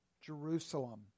Jerusalem